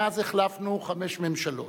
מאז החלפנו חמש ממשלות,